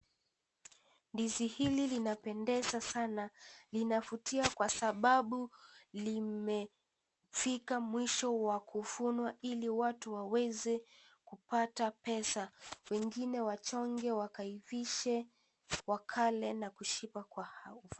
Ndizi hili zinapendeza sana. inavutia kwa sababu limefika mwisho wa kuvunwa ili watu waweze kupata pesa. Wengine wachonge, wakaivishe, wakale na kushiba kwa.